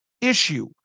issue